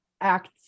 acts